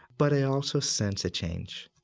but i also sense a change,